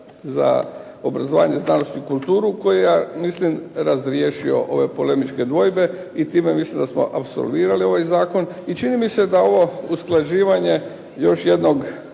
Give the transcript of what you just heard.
za obrazovanje, znanost i kulturu koji je ja mislim razriješio ove polemičke dvojbe i time mislim da smo apsolvirali ovaj zakon. I čini mi se da ovo usklađivanje još jedne